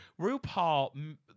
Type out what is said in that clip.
RuPaul